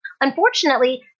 unfortunately